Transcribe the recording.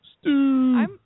Stew